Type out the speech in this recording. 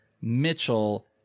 Mitchell